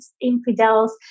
infidels